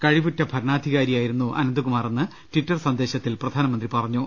കഴിവുറ്റ ഭരണാധിക്യ്രി യായിരുന്നു അനന്ത്കുമാറെന്ന് ട്വീറ്റർ സന്ദേശത്തിൽ പ്രധാനമന്ത്രി അനുസ്മരിച്ചു